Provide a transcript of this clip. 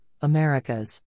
Americas